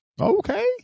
Okay